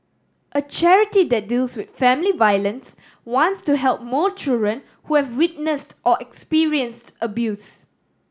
a charity that deals with family violence wants to help more children who have witnessed or experienced abuse